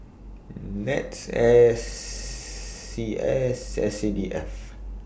Nets S CS S C D F